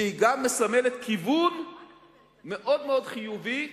והיא גם מסמלת כיוון מאוד מאוד חיובי,